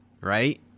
right